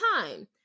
time